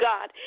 God